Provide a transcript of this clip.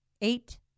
Eight